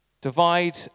Divide